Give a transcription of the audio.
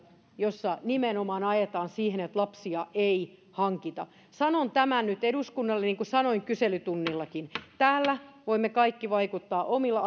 joissa nimenomaan ajetaan sitä että lapsia ei hankita sanon tämän nyt eduskunnalle niin kuin sanoin kyselytunnillakin että täällä voimme kaikki vaikuttaa omilla